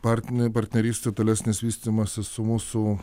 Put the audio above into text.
partinė partnerystė tolesnis vystymasis su mūsų